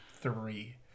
three